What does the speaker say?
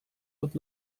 would